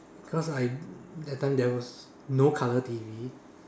cause I that time there was no colour T_V